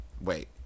Wait